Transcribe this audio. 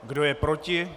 Kdo je proti?